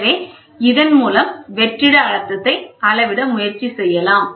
எனவே இதன் மூலம் வெற்றிட அழுத்தத்தை அளவிட முயற்சி செய்யலாம்